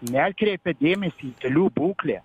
neatkreipia dėmesį į kelių būklę